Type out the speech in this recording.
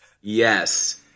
Yes